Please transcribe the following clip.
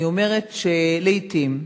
אני אומרת שלעתים,